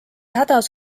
hädas